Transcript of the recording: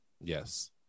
Yes